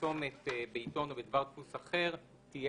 שבפרסומת בעיתון או בדבר דפוס אחר תהיה